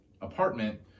apartment